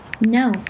No